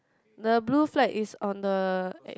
the blue flag is on the eh